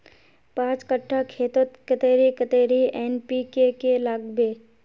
पाँच कट्ठा खेतोत कतेरी कतेरी एन.पी.के के लागबे?